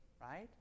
right